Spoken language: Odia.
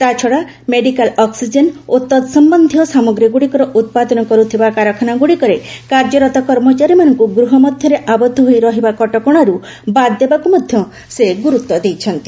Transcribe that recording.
ତା'ଛଡ଼ା ମେଡ଼ିକାଲ ଅକ୍ଟିଜେନ୍ ଓ ତତ୍ସମ୍ବନ୍ଧୀୟ ସାମଗ୍ରୀଗୁଡ଼ିକର ଉତ୍ପାଦନ କରୁଥିବା କାରଖାନାଗୁଡ଼ିକରେ କାର୍ଯ୍ୟରତ କର୍ମଚାରୀମାନଙ୍କୁ ଗୃହମଧ୍ୟରେ ଆବଦ୍ଧ ହୋଇ ରହିବା କଟକଣାରୁ ବାଦ୍ ଦେବାକୁ ମଧ୍ୟ ସେ ଗୁରୁତ୍ୱ ଦେଇଛନ୍ତି